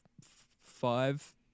five